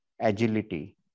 agility